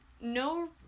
no